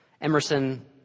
Emerson